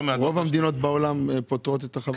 רוב המדינות בעולם פוטרות את החברות?